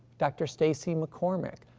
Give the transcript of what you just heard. dr. stacie mccormick,